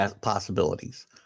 possibilities